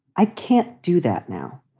i can't do that now.